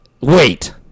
wait